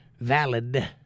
valid